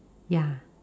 ya